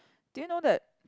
do you know that